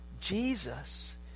Jesus